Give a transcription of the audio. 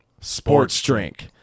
Sportsdrink